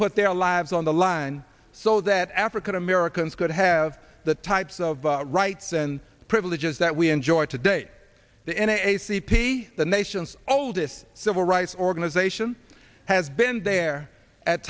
put their lives on the line so that african americans could have the types of rights and privileges that we enjoy today the in a c p the nation's oldest civil rights organization has been there at